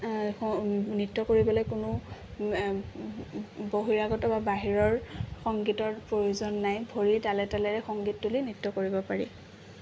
নৃত্য কৰিবলৈ কোনো বহিৰাগত বা বাহিৰৰ সংগীতৰ প্ৰয়োজন নাই ভৰিৰ তালে তালেৰে সংগীত তুলি নৃত্য কৰিব পাৰি